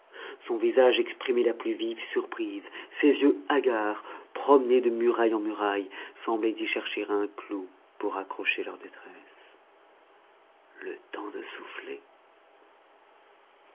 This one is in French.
son visage exprimait la plus vive surprise ses yeux hagards promenés de muraille en muraille semblaient y chercher un clou pour accrocher leur détresse le temps de souffler